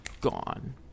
gone